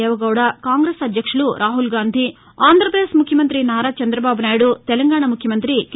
దేవేగౌడ కాంగ్రెస్ అధ్యక్షుడు రాహుల్ గాంధీ ఆంధ్రప్రదేశ్ ముఖ్యమంతి చంద్రబాబు నాయుడు తెలంగాణా ముఖ్యమంతి కె